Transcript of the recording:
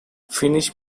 finish